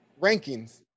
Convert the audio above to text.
rankings